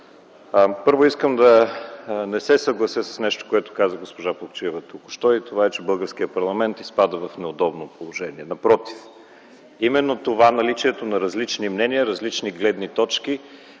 първо, искам да не се съглася с нещо, което каза госпожа Плугчиева току-що, и това е, че българският парламент изпада в неудобно положение. Напротив, именно наличието на различни мнения, различни гледни точки